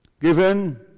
given